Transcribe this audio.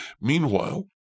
Meanwhile